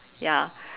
ya